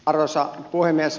arvoisa puhemies